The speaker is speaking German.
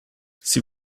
sie